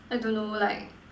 I don't know like